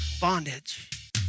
bondage